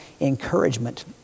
encouragement